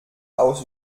aus